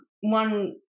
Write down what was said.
One